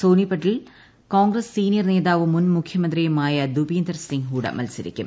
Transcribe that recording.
സോനിപ്പട്ടിൽ Congress senior നേതാവും മുൻ മുഖ്യമന്ത്രിയുമായ ഭുപീന്ദർ സിംഗ് ഹൂഡ മത്സരിക്കും